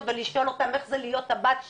ולשאול אותן איך זה להיות הבת של?